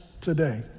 today